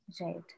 Right